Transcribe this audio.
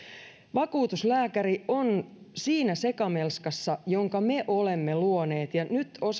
vakuutuslääkäri on siinä sekamelskassa jonka me olemme luoneet ja nyt